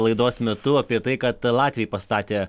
laidos metu apie tai kad latviai pastatė